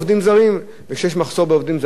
וכשיש מחסור בעובדים זרים יש עלייה.